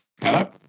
Hello